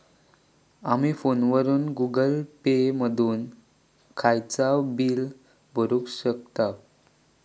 आमी फोनवरसून Google Pay मधून खयचाव बिल भरुक शकतव